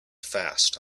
fast